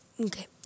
Okay